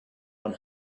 one